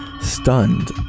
Stunned